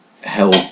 help